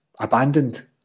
abandoned